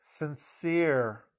sincere